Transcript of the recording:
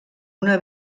una